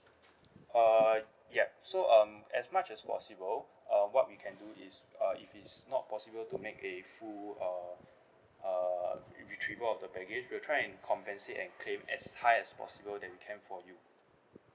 uh ya so um as much as possible uh what we can do is uh if it's not possible to make a full uh uh retrieval of the baggage we will try and compensate and claim as high as possible that we can for you